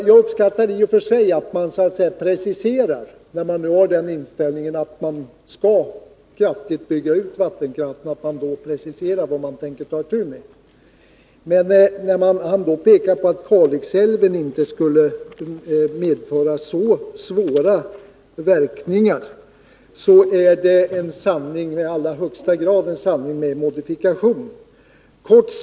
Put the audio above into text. Jag uppskattar i och för sig att man preciserar sig, när man nu har den inställningen att man kraftigt skall bygga ut vattenkraften. Men hans påpekande att en utbyggnad av Kalixälven inte skulle medföra så svåra verkningar är i allra högsta grad en sanning med modifikation.